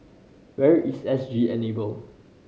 where is S G Enable